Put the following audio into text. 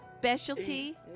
specialty